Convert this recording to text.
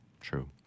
True